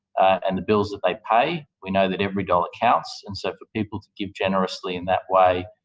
and the bills that they pay, we know that every dollar counts. and so, for people to give generously in that way,